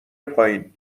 پایین